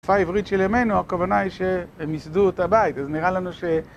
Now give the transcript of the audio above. התופעה העברית של ימינו, הכוונה היא שהם ייסדו את הבית, אז נראה לנו ש...